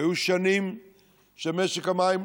היו שנים שמשק המים,